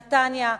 נתניה,